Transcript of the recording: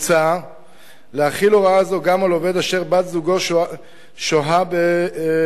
מוצע להחיל הוראה זו גם על עובד אשר בת-זוגתו שוהה במילואים.